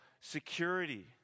security